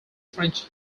french